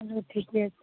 चलू ठिके छै